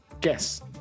Guess